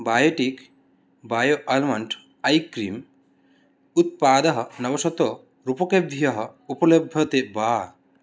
Biotique bio almond eye cream उत्पादं नवशतरूपकेभ्यः उपलभ्यन्ते वा